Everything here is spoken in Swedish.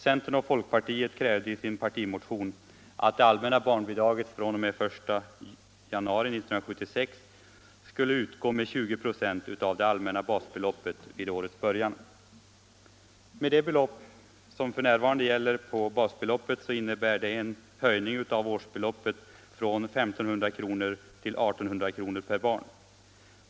Centern och folkpartiet krävde i sin partimotion att det allmänna barnbidraget fr.o.m. den 1 januari 1976 skulle utgå med 20 96 av det allmänna basbeloppet vid årets början. Med nuvarande storlek på basbeloppet innebär detta en höjning av årsbeloppet från 1 500 kr. till 1 800 kr. per barn.